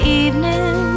evening